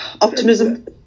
optimism